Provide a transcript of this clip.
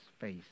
face